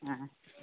ಹಾಂ